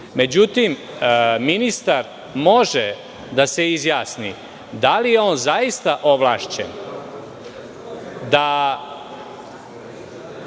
način.Međutim, ministar može da se izjasni da li je on zaista ovlašćen da